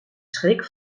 schrik